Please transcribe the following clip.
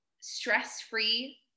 stress-free